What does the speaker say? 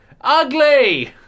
Ugly